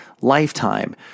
Lifetime